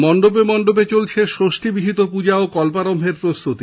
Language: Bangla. মন্ডপে মন্ডপে চলছে ষষ্ঠী বিহিত পূজা ও কল্পারম্ভের প্রস্তুতি